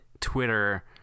Twitter